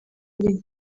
buri